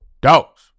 dogs